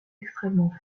extrêmement